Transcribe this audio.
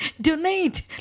donate